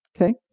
Okay